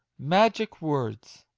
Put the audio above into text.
magic words!